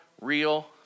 real